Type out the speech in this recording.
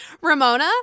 Ramona